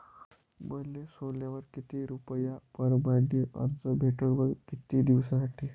मले सोन्यावर किती रुपया परमाने कर्ज भेटन व किती दिसासाठी?